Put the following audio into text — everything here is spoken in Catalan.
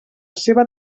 seva